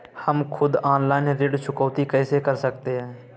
हम खुद ऑनलाइन ऋण चुकौती कैसे कर सकते हैं?